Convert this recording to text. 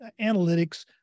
analytics